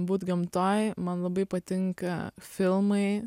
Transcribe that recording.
būt gamtoje man labai patinka filmai